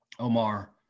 Omar